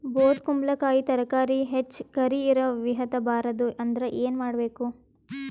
ಬೊದಕುಂಬಲಕಾಯಿ ತರಕಾರಿ ಹೆಚ್ಚ ಕರಿ ಇರವಿಹತ ಬಾರದು ಅಂದರ ಏನ ಮಾಡಬೇಕು?